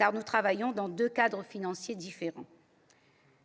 Or nous travaillons dans deux cadres financiers différents.